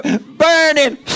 burning